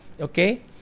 okay